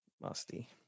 Musty